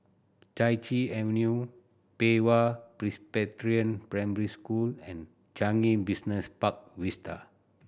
Chai Chee Avenue Pei Hwa Presbyterian Primary School and Changi Business Park Vista